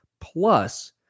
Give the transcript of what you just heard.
plus